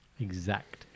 Exact